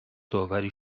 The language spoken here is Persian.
داوری